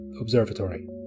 Observatory